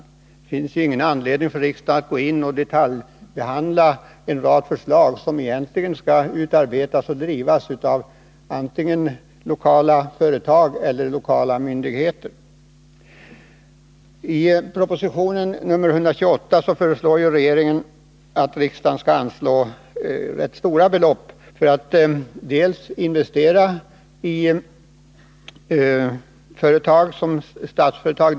Det finns ju ingen anledning för riksdagen att gå in och detaljbehandla en rad förslag som egentligen skall utarbetas och drivas av antingen lokala företag eller lokala myndigheter. I proposition 128 föreslår regeringen att riksdagen skall anslå rätt stora belopp för att investera i företag som drivs av Statsföretag AB.